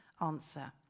answer